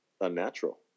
unnatural